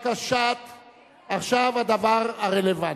עכשיו הדבר הרלוונטי,